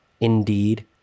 Indeed